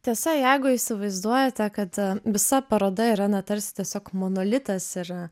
tiesa jeigu įsivaizduojate kad visa paroda yra na tarsi tiesiog monolitas ir